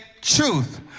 truth